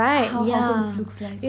how hogwarts looks like